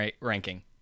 ranking